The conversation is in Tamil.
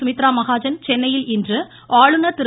சுமித்ரா மகாஜன் சென்னையில் இன்று ஆளுநர் திரு